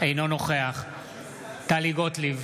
אינו נוכח טלי גוטליב,